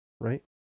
right